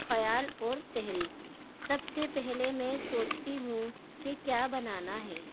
خیال اور تحریک سب سے پہلے میں سوچتی ہوں کہ کیا بنانا ہے